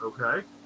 okay